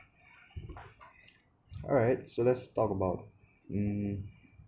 alright so let's talk about mm